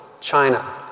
China